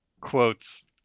quotes